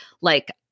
like-